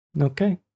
okay